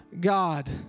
God